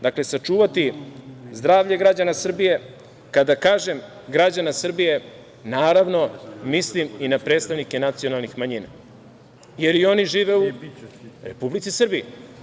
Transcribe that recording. Dakle, sačuvati zdravlje građana Srbije, kada kažem građana Srbije, naravno, mislim i na predstavnike nacionalnih manjina, jer i oni žive u Republici Srbiji.